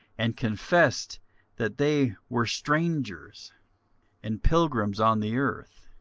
and confessed that they were strangers and pilgrims on the earth.